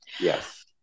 Yes